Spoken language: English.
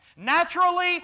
Naturally